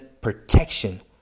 protection